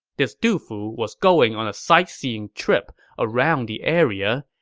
this du fu was going on a sightseeing trip around the area,